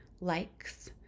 likes